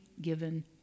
given